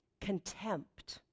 contempt